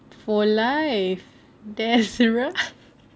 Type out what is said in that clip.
for life there's right